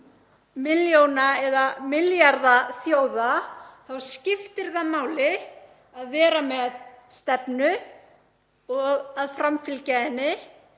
milljóna- eða milljarðaþjóða þá skiptir það máli að vera með stefnu og að framfylgja henni